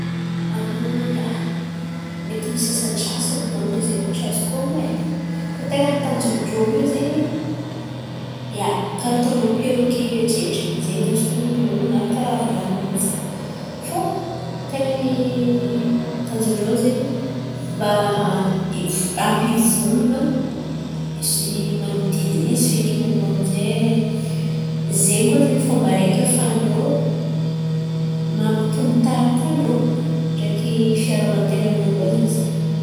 An ia, mety misy sasantsasany donko izy zay koa tsy azoko onon̈o e. Fa ten̈a ny tanjon̈on-drô io zen̈y. Ia, karà ataon-drô perôke io atsendriky zen̈y zao azoko onon̈o zen̈y man̈araka raha volan̈in’olo fo fa ten̈a ny tanjon̈on-drô zen̈y mba hampivolan̈a man̈odidin̈y izy fekiny. Aviô amizay zen̈y koa zen̈y fomba araiky hafan-drô mampitombo taranakan-drô ndraiky fiarova-tain̈an-drô koa zen̈y zin̈y.